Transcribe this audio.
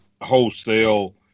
wholesale